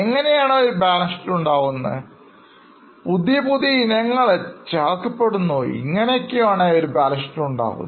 എങ്ങനെയാണ് ഒരു balance sheet ഉണ്ടാക്കുന്നത് പുതിയ പുതിയ ഇനങ്ങൾ ചേർക്കപ്പെടുകയും ചെയ്യുന്നു